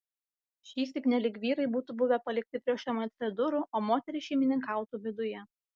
šįsyk nelyg vyrai būtų buvę palikti prie šmc durų o moterys šeimininkautų viduje